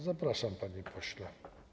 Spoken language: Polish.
Zapraszam, panie pośle.